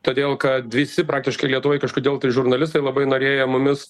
todėl kad visi praktiškai lietuvoj kažkodėl tai žurnalistai labai norėjo mumis